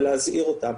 להזהיר אותם.